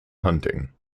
hunting